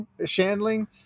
Shandling